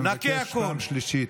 אני מבקש פעם שלישית.